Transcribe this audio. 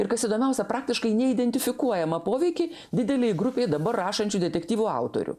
ir kas įdomiausia praktiškai neidentifikuojamą poveikį didelei grupei dabar rašančių detektyvų autorių